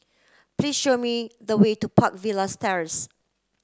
please show me the way to Park Villas Terrace